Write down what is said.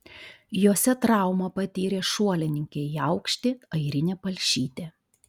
jose traumą patyrė šuolininkė į aukštį airinė palšytė